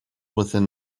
within